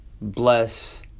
bless